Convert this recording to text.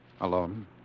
Alone